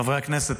חברי הכנסת,